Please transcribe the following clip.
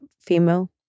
female